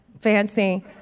Fancy